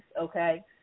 okay